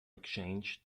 exchanged